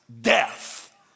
death